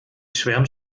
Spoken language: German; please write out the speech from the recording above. schwärmt